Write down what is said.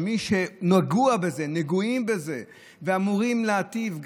מי שנגועים בזה אמורים להיטיב,